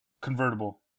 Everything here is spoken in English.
convertible